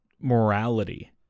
morality